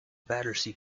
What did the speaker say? battersea